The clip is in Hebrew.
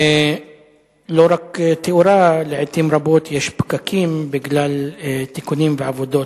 לא רק תאורה: לעתים רבות יש פקקים בגלל תיקונים ועבודות,